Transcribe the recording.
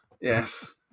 yes